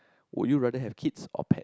would you rather have kids or pet